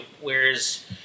whereas